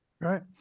Right